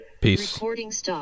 Peace